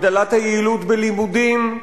הגדלת היעילות בלימודים.